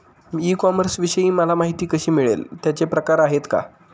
E कॉमर्सविषयी मला माहिती कशी मिळेल? त्याचे काही प्रकार आहेत का?